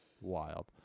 wild